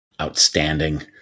outstanding